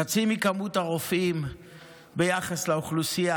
חצי ממספר הרופאים ביחס לאוכלוסייה,